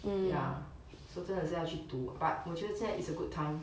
ya 所以真的是去读 but 我觉得现在 is a good time